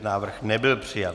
Návrh nebyl přijat.